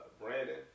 Brandon